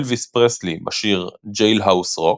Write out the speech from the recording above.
אלביס פרסלי בשיר "Jailhouse Rock",